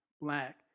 black